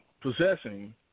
possessing